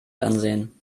ansehen